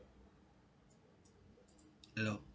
hello